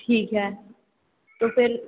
ठीक है तो फ़िर